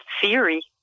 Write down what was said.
theory